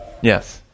Yes